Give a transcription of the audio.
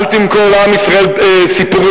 אל תמכור לעם ישראל סיפורים,